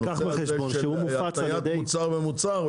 שהנושא הזה של התניית מוצר במוצר הוא